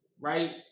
right